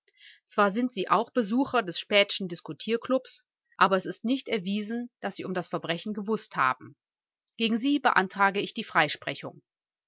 zwar sind sie auch besucher des späthschen diskutierklubs aber es ist nicht erwiesen daß sie um das verbrechen gewußt haben gegen sie beantrage ich die freisprechung